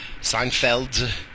Seinfeld